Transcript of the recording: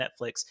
Netflix